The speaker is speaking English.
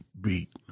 beat